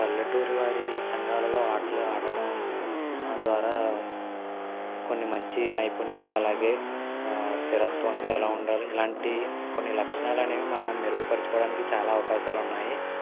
పల్లెటూరి వారి సంఘాలలో ఆటలు ఆడటం ద్వారా కొన్ని మంచి నైపుణ్యాలు అలాగే స్థిరత్వంగా ఎలా ఉండాలో ఇలాంటి కొన్ని లక్షణాలు అనేవి మనము మెరుగుపరుచుకోవడానికి చాలా అవకాశాలున్నాయి